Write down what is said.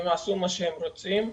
הם עשו מה שהם רוצים,